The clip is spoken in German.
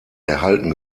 erhalten